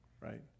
right